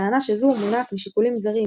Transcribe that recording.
בטענה שזו מונעת משיקולים זרים,